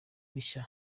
bushya